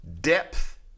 depth